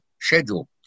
schedule